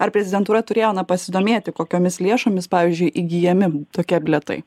ar prezidentūra turėjo na pasidomėti kokiomis lėšomis pavyzdžiui įgyjami tokie bilietai